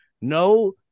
No